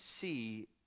see